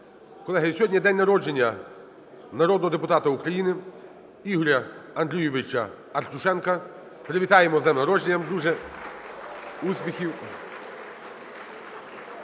Колеги, сьогодні день народження народного депутата України Ігоря Андрійовича Артюшенка. Привітаємо! З днем народження, друже! Успіхів!